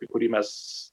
į kurį mes